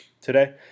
today